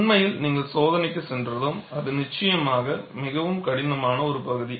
உண்மையில் நீங்கள் சோதனைக்குச் சென்றதும் அது நிச்சயமாக மிகவும் கடினமான பகுதி